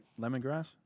Lemongrass